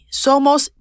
somos